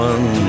One